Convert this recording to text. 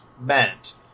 meant